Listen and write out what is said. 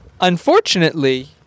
Unfortunately